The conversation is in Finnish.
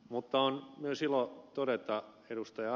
mutta on myös ilo todeta ed